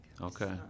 Okay